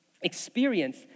experience